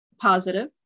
positive